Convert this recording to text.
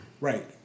Right